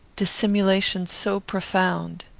dissimulation so profound!